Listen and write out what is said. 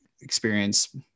experience